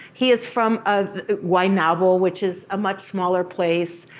he is from ah guaynabo, which is a much smaller place.